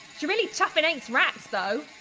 she really chuffing hates rats though.